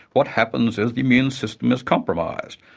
what happens is the immune system is compromised.